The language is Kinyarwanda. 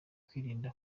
kwirinda